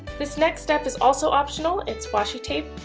this next step is also optional. it's washi tape.